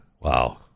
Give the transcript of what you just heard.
Wow